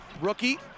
Rookie